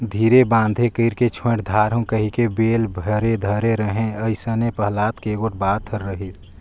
धीरे बांधे कइरके छोएड दारहूँ कहिके बेल भेर धरे रहें अइसने पहलाद के गोएड बात हर रहिस